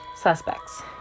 Suspects